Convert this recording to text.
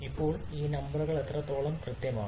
ഇപ്പോൾ ഈ നമ്പറുകൾ എത്രത്തോളം കൃത്യമാണ്